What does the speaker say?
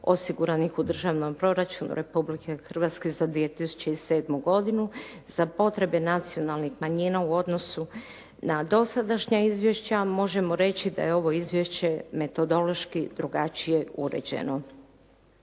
osiguranih u državnom proračunu Republike Hrvatske za 2007. godinu za potrebe nacionalnih manjina u odnosu na dosadašnja izvješća. Možemo reći da je ovo izvješće metodološki drugačije uređeno.